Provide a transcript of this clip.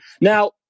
Now